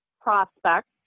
prospects